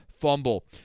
fumble